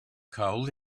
cold